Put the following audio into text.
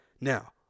Now